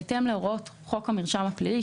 בהתאם להוראות חוק המרשם הפלילי,